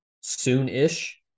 soon-ish